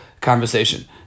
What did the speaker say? conversation